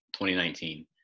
2019